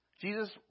jesus